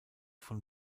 von